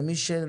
למי שנחוש.